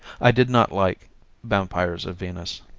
i did not like vampires of venus.